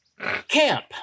Camp